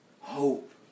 hope